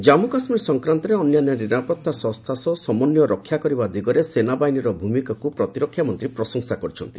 ଜାମ୍ମୁ କାଶ୍ମୀର ସଂକ୍ରାନ୍ତରେ ଅନ୍ୟାନ୍ୟ ନିରାପତ୍ତା ସଂସ୍କା ସହ ସମନ୍ୱୟ ରକ୍ଷା କରିବା ଦିଗରେ ସେନାବାହିନୀର ଭୂମିକାକୁ ପ୍ରତିରକ୍ଷା ମନ୍ତ୍ରୀ ପ୍ରଶଂସା କରିଛନ୍ତି